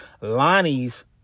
Lonnie's